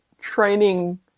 training